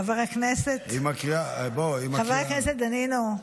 חבר הכנסת דנינו,